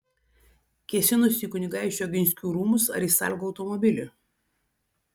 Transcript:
kėsinosi į kunigaikščių oginskių rūmus ar į sargo automobilį